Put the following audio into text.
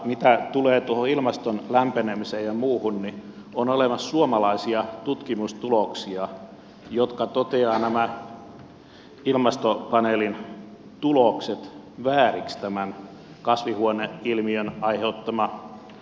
mitä tulee tuohon ilmaston lämpenemiseen ja muuhun niin on olemassa suomalaisia tutkimustuloksia jotka toteavat nämä ilmastopaneelin tulokset vääriksi tämän kasvihuoneilmiön aiheuttaman lämpenemisen osalta